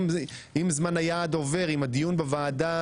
אם זמן היעד עובר, אם הדיון בוועדה